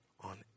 on